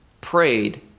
prayed